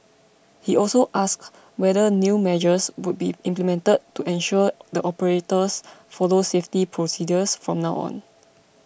he also asked whether new measures would be implemented to ensure the operators follow safety procedures from now on